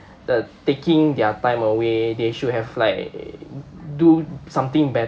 uh taking their time away they should have like do something bet~